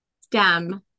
stem